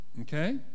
Okay